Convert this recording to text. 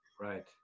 Right